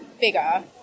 bigger